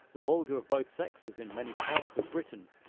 the vulgar of both sexes, in many parts of britain,